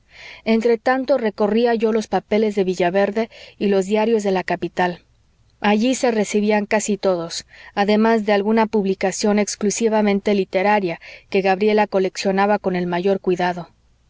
entre tanto recorría yo los papeles de villaverde y los diarios de la capital allí se recibían casi todos además de alguna publicación exclusivamente literaria que gabriela coleccionaba con el mayor cuidado